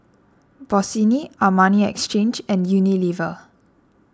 Bossini Armani Exchange and Unilever